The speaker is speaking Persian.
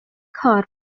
کار